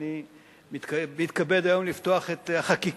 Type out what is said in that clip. ואני מתכבד היום לפתוח את החקיקה.